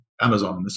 Amazon